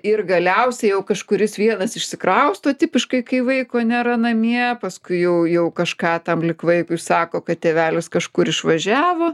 ir galiausiai jau kažkuris vienas išsikrausto tipiškai kai vaiko nėra namie paskui jau jau kažką tam lyg vaikui sako kad tėvelis kažkur išvažiavo